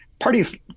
Parties